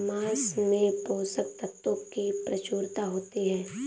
माँस में पोषक तत्त्वों की प्रचूरता होती है